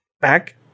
back